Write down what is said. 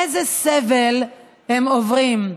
איזה סבל הם עוברים.